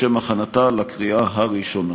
לשם הכנתה לקריאה ראשונה.